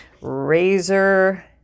razor